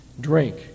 drink